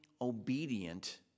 obedient